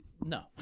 No